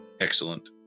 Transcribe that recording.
Excellent